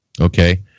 okay